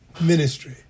ministry